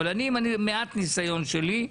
אבל אני עם מעט ניסיון שלי,